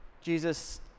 Jesus